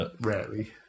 Rarely